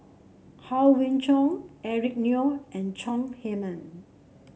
Howe Yoon Chong Eric Neo and Chong Heman